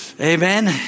Amen